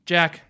Jack